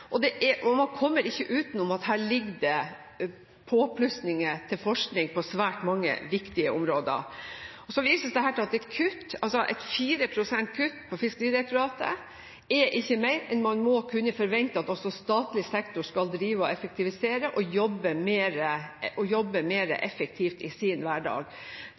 grunnforutsetninger for næringen videre. Man kommer ikke utenom at her ligger det påplussinger til forskning på svært mange viktige områder. Så vises det her til at det er kutt – altså et kutt på 4 pst. i bevilgningene til Fiskeridirektoratet. Det er ikke mer enn man må kunne forvente, at man også i statlig sektor skal effektivisere, jobbe mer effektivt i sin hverdag.